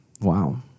Wow